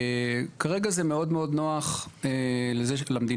כרגע זה מאוד נוח למדינה,